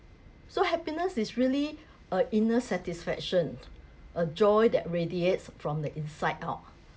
so happiness is really a inner satisfaction a joy that radiates from the inside out